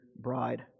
bride